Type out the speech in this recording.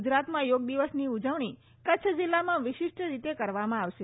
ગુજરાતમાં યોગ દિવસની ઉજવણી કચ્છ જિલ્લામાં વિશિષ્ઠ રીતે કરવામાં આવશે